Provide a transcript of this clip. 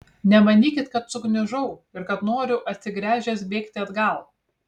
nemanykit kad sugniužau ir kad noriu apsigręžęs bėgti atgal